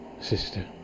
sister